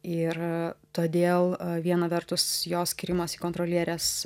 ir todėl viena vertus jos skyrimas į kontrolierės